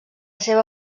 seva